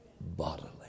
bodily